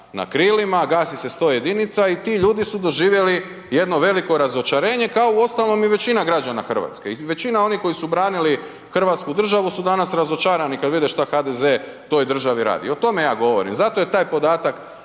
na krilima, gasi se 101 i ti ljudi su doživjeli jedno veliko razočarenje kao i uostalom i većina građana Hrvatske. I većina onih koji su branili Hrvatsku državu su danas razočarani kada vide šta HDZ toj državi radi. O tome ja govorim, zato je taj podatak